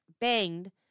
banged